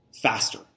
faster